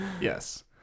Yes